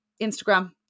Instagram